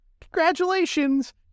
Congratulations